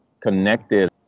connected